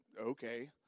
Okay